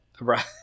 Right